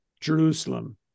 jerusalem